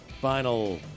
Final